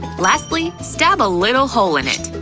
lastly, stab a little hole in it!